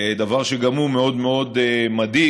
דבר שגם הוא מאוד מאוד מדאיג.